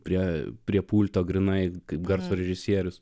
prie prie pulto grynai kaip garso režisierius